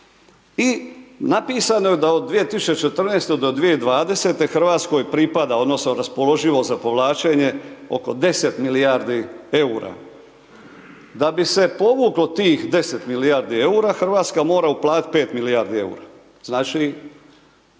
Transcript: i napisano je da od 2014.-te do 2020. Hrvatskoj pripada, odnosno raspoloživo za povlačenje, oko 10 milijardi EUR-a. Da bi se povuklo tih 10 milijardi EUR-a, Hrvatska mora uplatiti 5 milijardi EUR-a. Znači,